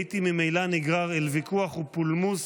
הייתי ממילא נגרר אל ויכוח ופולמוס